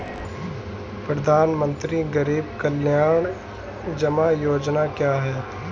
प्रधानमंत्री गरीब कल्याण जमा योजना क्या है?